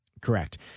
correct